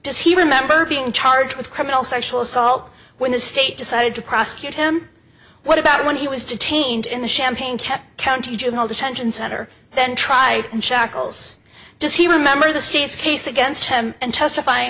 does he remember being charged with criminal sexual assault when the state decided to prosecute him what about when he was detained in the champagne kept county juvenile detention center then tried in shackles does he remember the state's case against him and testify